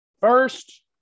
First